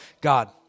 God